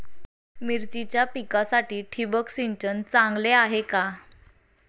मिरचीच्या पिकासाठी ठिबक सिंचन चांगले आहे का?